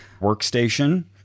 workstation